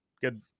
Good